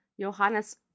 Johannes